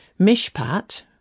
Mishpat